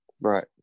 Right